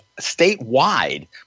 statewide